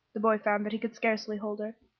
the boy found that he could scarcely hold her,